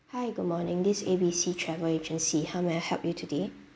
hi good morning this is A B C travel agency how may I help you today